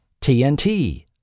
TNT